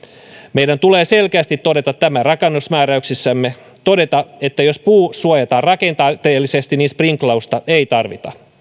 meidän tulee selkeästi todeta tämä rakennusmääräyksissämme todeta että jos puu suojataan rakenteellisesti sprinklausta ei tarvita